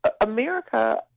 America